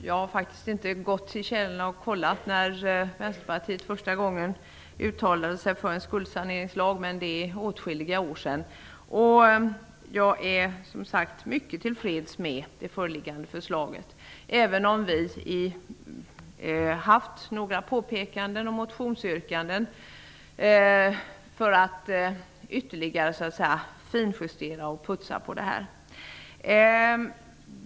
Jag har faktiskt inte tittat i källorna när Vänsterpartiet första gången uttalade sig för en skuldsaneringslag, men det är åtskilliga år sedan. Jag är mycket tillfreds med det föreliggande förslaget, även om vi i Vänsterpartiet har haft några påpekanden och motionsyrkanden för att ytterligare finjustera förslaget.